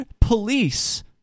police